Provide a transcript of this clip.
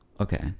Okay